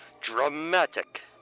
dramatic